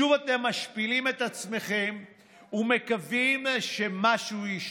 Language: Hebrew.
שוב אתם משפילים את עצמכם ומקווים שמשהו ישתנה.